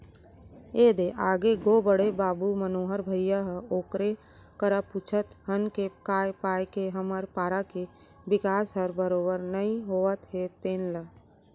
ए दे आगे गो बड़े बाबू मनोहर भइया ह ओकरे करा पूछत हन के काय पाय के हमर पारा के बिकास हर बरोबर नइ होत हे तेन ल